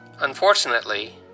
Unfortunately